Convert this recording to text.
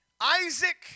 Isaac